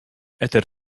eter